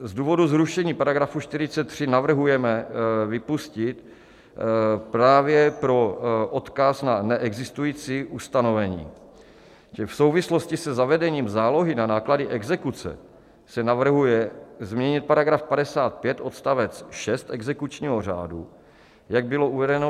Z důvodu zrušení § 43 navrhujeme vypustit právě pro odkaz na neexistující ustanovení, že v souvislosti se zavedením zálohy na náklady exekuce se navrhuje změnit § 55 odst. 6 exekučního řádu, jak bylo uvedeno výše.